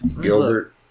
Gilbert